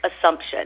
assumption